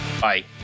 Bye